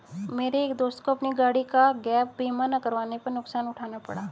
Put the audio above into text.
मेरे एक दोस्त को अपनी गाड़ी का गैप बीमा ना करवाने पर नुकसान उठाना पड़ा